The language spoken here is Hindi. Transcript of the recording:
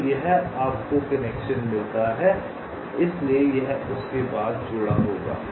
तो आपको यह कनेक्शन मिलता है इसलिए यह उसके बाद जुड़ा होगा